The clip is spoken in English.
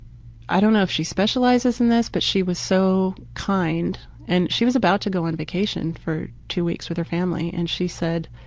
i don't know if she specializes in this but she was so kind and she was about to go on vacation for two weeks with her family, and she said,